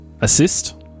assist